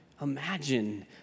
imagine